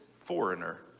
foreigner